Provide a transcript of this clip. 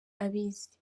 abizi